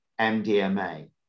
MDMA